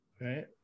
right